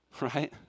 right